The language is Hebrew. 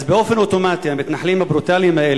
אז באופן אוטומטי המתנחלים הברוטליים האלה